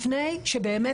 לפני שבאמת,